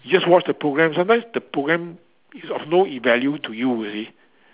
you just watch the programme sometimes the programme is of no value to you you see